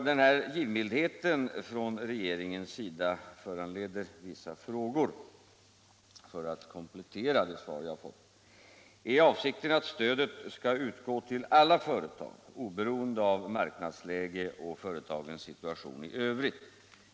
Den här givmildheten från regeringens sida föranleder vissa frågor för att komplettera det svar jag fått: Är avsikten att stödet skall utgå till alla företag oberoende av marknadsläge och företagens situation i övrigt?